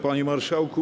Panie Marszałku!